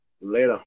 Later